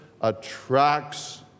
attracts